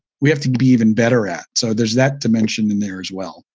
we have to be even better at. so there's that dimension in there as well.